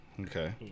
Okay